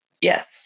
Yes